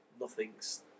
Nothing's